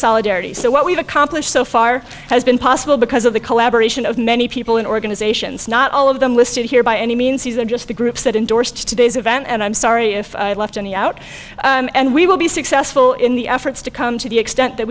solidarity so what we've accomplished so far has been possible because of the collaboration of many people in organizations not all of them listed here by any means these are just the groups that endorsed today's event and i'm sorry if i left any out and we will be successful in the efforts to come to the extent that